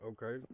Okay